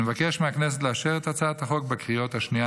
אני מבקש מהכנסת לאשר את הצעת החוק בקריאה השנייה